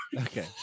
Okay